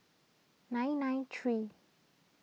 nine nine three